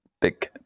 Big